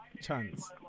chance